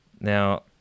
Now